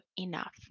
enough